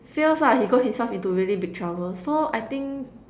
fails lah he got himself into really big trouble so I think